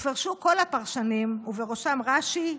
ופירשו כל הפרשנים, ובראשם רש"י: